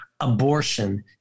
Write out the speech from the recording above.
abortion